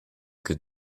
get